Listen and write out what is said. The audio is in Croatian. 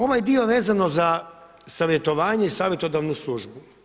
Ovaj dio vezano za savjetovanje i savjetodavnu službu.